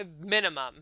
Minimum